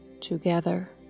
Together